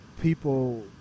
people